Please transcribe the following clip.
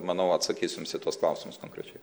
manau atsakys jums į tuos klausimus konkrečiai